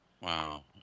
Wow